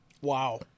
Wow